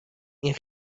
این